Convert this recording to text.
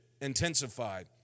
intensified